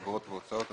אגרות והוצאות,